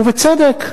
ובצדק.